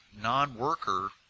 non-worker